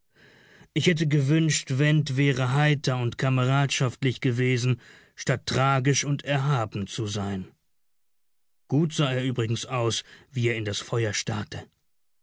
ich hätte gewünscht went wäre heiter und kameradschaftlich gewesen statt tragisch und erhaben zu sein gut sah er übrigens aus wie er in das feuer starrte